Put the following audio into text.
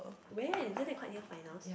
when isn't that quite near finals